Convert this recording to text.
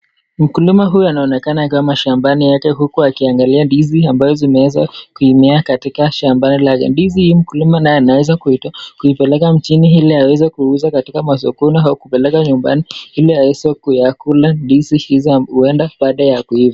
Mkulima huyu anaonekana akiwa mashambani yake huku akiangalia ndizi ambazo zimeweza kuimea katika shamba lake. Ndizi hii mkulima naye anaweza kuipeleka mchini ili aweze kuuza katika masokoni au kupeleka nyumbani ili aweze kuyakula ndizi huenda baada ya kuiva.